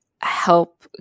help